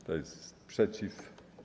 Kto jest przeciw?